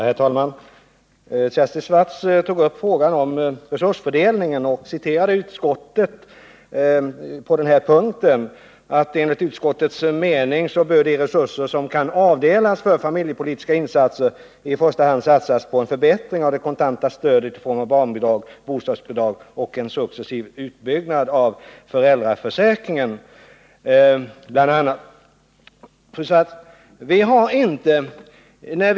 Herr talman! Kersti Swartz tog upp frågan om resursfördelningen och citerade utskottet på den punkten: ”Enligt utskottets mening bör de resurser som kan avdelas för familjepolitiska insatser i första hand satsas på en förbättring av det kontanta stödet i form av barnbidrag och bostadsbidrag, en successiv utbyggnad av föräldraförsäkringen” osv. Fru Swartz!